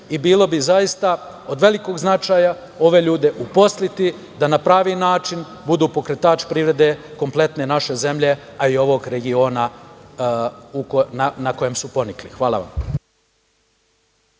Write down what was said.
i bilo bi zaista od velikog značaja ove ljude uposliti da na pravi način budu pokretači privrede kompletne naše zemlje, a i ovog regiona na kojem su ponikli. Hvala vam.